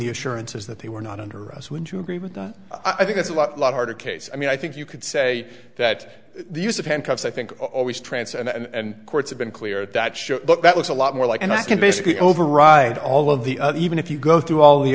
the assurances that they were not under us would you agree with that i think it's a lot lot harder case i mean i think you could say that the use of handcuffs i think always trance and courts have been clear that show that was a lot more like and i can basically override all of the other even if you go through all the